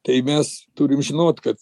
tai mes turim žinot kad